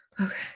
Okay